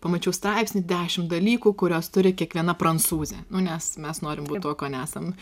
pamačiau straipsnį dešimt dalykų kuriuos turi kiekviena prancūzė nes mes norim tuo ko nesam